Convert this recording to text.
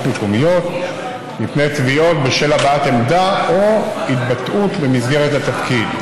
מקומיות מפני תביעות בשל הבעת עמדה או התבטאות במסגרת התפקיד.